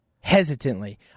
hesitantly